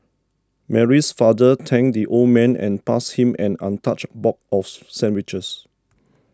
Mary's father thanked the old man and passed him an untouched box of sandwiches